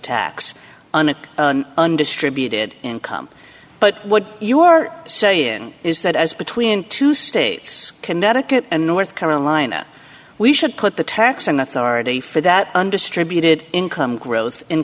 an undistributed income but what you are saying is that as between two states connecticut and north carolina we should put the taxing authority for that undistributed income growth in